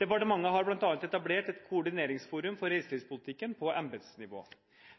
Departementet har bl.a. etablert et koordineringsforum for reiselivspolitikken på embetsnivå.